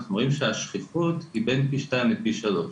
אנחנו רואים שהשכיחות היא בין פי שתיים לפי שלוש.